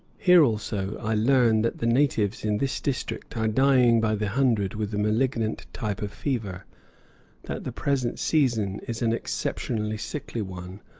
here, also, i learn that the natives in this district are dying by the hundred with a malignant type of fever that the present season is an exceptionally sickly one,